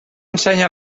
ensenya